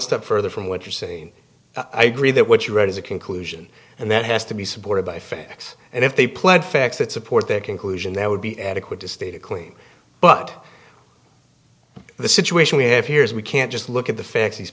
step further from what you're saying i agree that what you read is a conclusion and that has to be supported by facts and if they pled facts that support their conclusion that would be adequate to state a clean but the situation we have here is we can't just look at the facts he